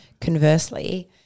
Conversely